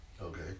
Okay